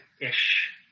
ish